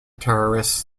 terrorists